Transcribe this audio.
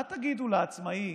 מה תגידו לעצמאי,